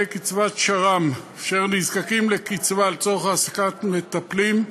קצבת שר"מ אשר נזקקים לקצבה לצורך העסקת מטפלים,